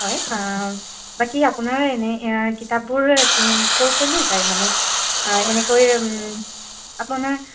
হয় বাকী আপোনাৰ এনেই কিতাপবোৰ কি ক'ৰ ক'ৰলৈ যায় মানে এনেকৈ আপোনাৰ